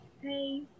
Hey